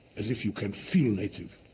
as if you can feel native.